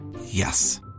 Yes